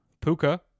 Puka